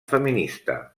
feminista